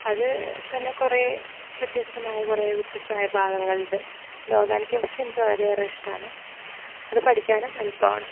അതു തന്നെ കുറേ വ്യത്യസ്തമായ കുറേ വ്യത്യസ്തമായ ഭാഗങ്ങളുണ്ട് ഓർഗാനിക് കെമിസ്ട്രി എനിക്ക് വളരെയേറെ ഇഷ്ടമാണ് അത് പഠിക്കാനും എളുപ്പമാണ്